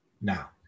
now